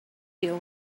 deal